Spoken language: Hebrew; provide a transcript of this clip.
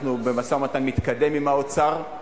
אנחנו במשא-ומתן מתקדם עם האוצר.